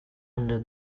under